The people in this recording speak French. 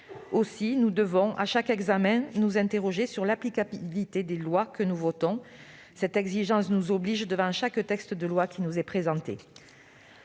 que nous devons sans cesse nous interroger sur l'applicabilité des lois que nous votons. Cette exigence nous oblige devant chaque texte de loi qui nous est présenté.